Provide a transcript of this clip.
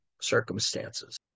circumstances